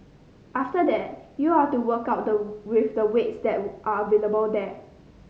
after that you're to work out the with the weights that are available there